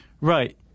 Right